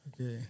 Okay